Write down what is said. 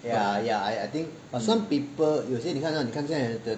ya ya I think but some people 有些你看你看现在的